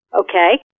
Okay